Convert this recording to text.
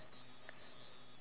what